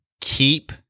Keep